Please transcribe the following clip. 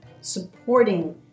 supporting